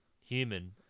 human